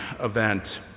event